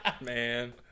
Man